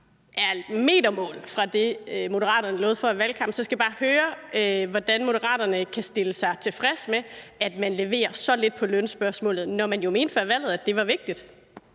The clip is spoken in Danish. er milevidt fra det, Moderaterne lovede før valget. Så jeg skal bare høre, hvordan Moderaterne kan stille sig tilfreds med, at man leverer så lidt på lønspørgsmålet, når man jo mente før valget, at det var vigtigt.